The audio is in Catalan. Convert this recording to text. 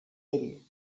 ell